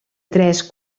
tres